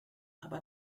aber